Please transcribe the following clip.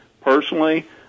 Personally